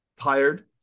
tired